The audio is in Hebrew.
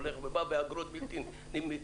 הולך בא ואגרות בלתי נגמרות,